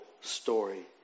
story